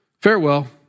Farewell